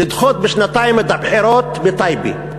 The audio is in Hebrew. לדחות בשנתיים את הבחירות בטייבה.